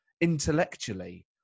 intellectually